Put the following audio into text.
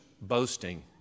boasting